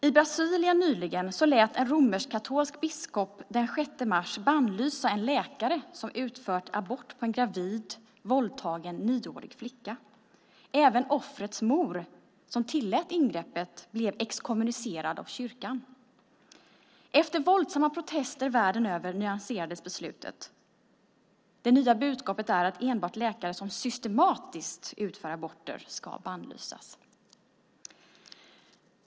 I Brasilien lät en romersk-katolsk biskop den 6 mars bannlysa en läkare som utfört abort på en gravid våldtagen nioårig flicka. Även offrets mor, som tillät ingreppet, blev exkommunicerad av kyrkan. Efter våldsamma protester världen över nyanserades beslutet. Det nya budskapet är att enbart läkare som "systematiskt" utför aborter ska bannlysas.